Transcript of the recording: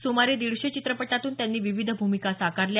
सुमारे दीडशे चित्रपटांतून त्यांनी विविध भूमिका साकारल्या